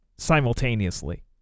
simultaneously